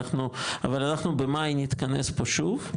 אבל אנחנו במאי נתכנס פה שוב,